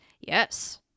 Yes